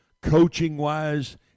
coaching-wise